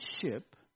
ship